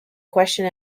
question